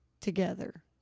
together